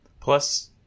Plus